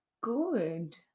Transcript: good